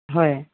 হয়